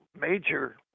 major